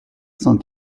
cent